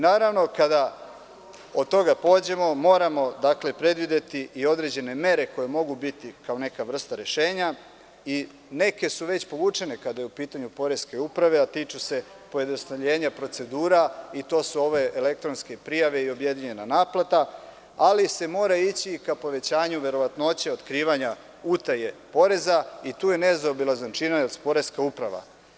Naravno, kada od svega toga pođemo, moramo predvideti i određene mere koje mogu biti kao neka vrsta rešenja i neke su već povučene, kada je u pitanju poreska uprava, a tiče se pojednostavljenja procedura i to su ove elektronske prijave i objedinjena naplata, ali se mora ići ka povećanju verovatnoće otkrivanja utaje poreza i tu je nezaobilazan činilac poreska uprava.